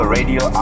Radio